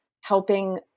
helping